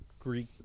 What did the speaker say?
Greek